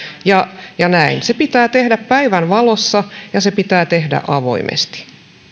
se pitää tehdä päivänvalossa ja se pitää tehdä avoimesti